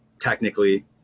technically